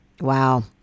Wow